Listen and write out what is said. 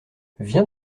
viens